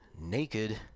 Naked